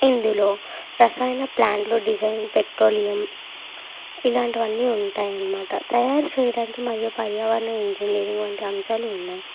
ఇందులో రసాయన ప్లాన్లు డిజైన్ పెట్రోలియం ఇలాంటివి అన్నీ ఉంటాయి అనమాట తయారు చేయడానికి మరియు పర్యావరణం ఇంజనీరింగ్ వంటి అంశాలు ఉన్నాయి